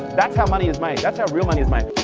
that's how money is made. that's how real money is made.